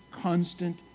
constant